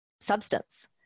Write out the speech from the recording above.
substance